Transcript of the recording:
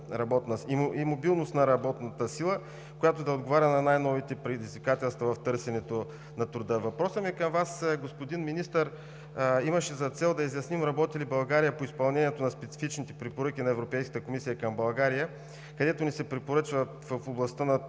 и мобилност на работната сила, която да отговаря на най-новите предизвикателства в търсенето на труда. Въпросът ми към Вас, господин Министър, имаше за цел да изясним: работи ли България по изпълнението на специфичните препоръки на Европейската комисия към страната ни, с които ни се препоръчва в областта на